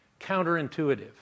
counterintuitive